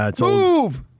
Move